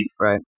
Right